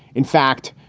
in fact,